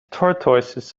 tortoises